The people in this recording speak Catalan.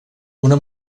una